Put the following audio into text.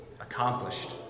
accomplished